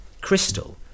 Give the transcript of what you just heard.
Crystal